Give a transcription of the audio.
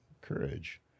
courage